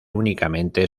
únicamente